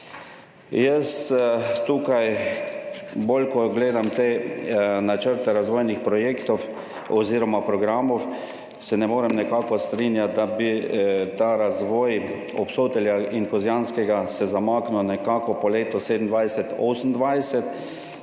milijonov. Bolj kot gledam te načrte razvojnih projektov oziroma programov, se ne morem nekako strinjati, da bi se razvoj Obsotelja in Kozjanskega zamaknil po letih 2027,